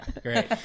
Great